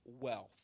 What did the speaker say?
wealth